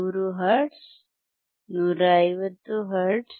100 hertz 150 hertz